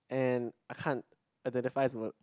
and I can't identified as ma~